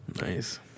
Nice